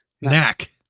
Knack